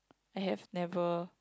I have never